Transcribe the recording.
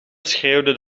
schreeuwde